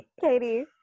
Katie